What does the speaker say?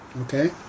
Okay